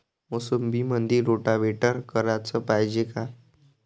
मोसंबीमंदी रोटावेटर कराच पायजे का?